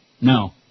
No